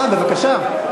אה, בבקשה,